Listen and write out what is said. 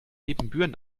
ibbenbüren